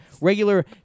regular